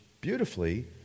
beautifully